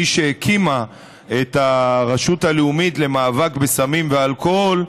מי שהקימה את הרשות הלאומית למאבק בסמים ואלכוהול,